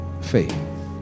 faith